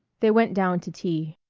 they went down to tea.